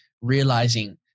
realizing